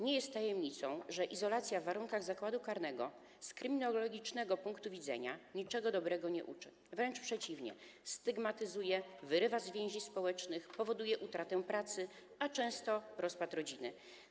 Nie jest tajemnicą, że izolacja w warunkach zakładu karnego z kryminologicznego punktu widzenia niczego dobrego nie uczy, wręcz przeciwnie, stygmatyzuje, wyrywa z więzi społecznych, powoduje utratę pracy, a często rozpad rodziny.